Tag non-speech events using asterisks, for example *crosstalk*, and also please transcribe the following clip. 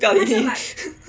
不要理你 *laughs*